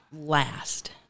last